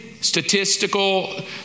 Statistical